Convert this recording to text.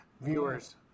Viewers